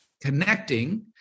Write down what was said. connecting